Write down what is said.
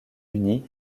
uni